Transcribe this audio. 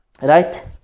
Right